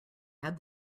add